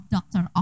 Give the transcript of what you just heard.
Doctor